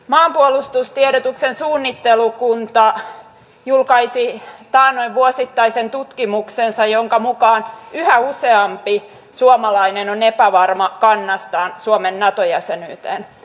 maanpuolustustiedotuksen suunnittelukunta julkaisi taannoin vuosittaisen tutkimuksensa jonka mukaan yhä useampi suomalainen on epävarma kannastaan suomen nato jäsenyyteen